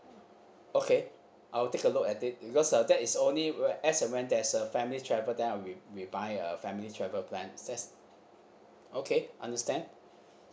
okay I'll take a look at it because uh that is only as and when there's a family travel then I'll we we buy a family travel plans that's okay understand